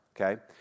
okay